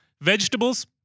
Vegetables